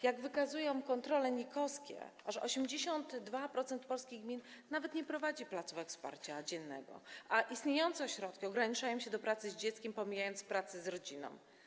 Jak wykazują kontrole NIK, aż 82% polskich gmin nawet nie prowadzi placówek wsparcia dziennego, a istniejące ośrodki ograniczają się do pracy z dzieckiem, pomijając pracę z rodziną.